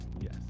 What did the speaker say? Yes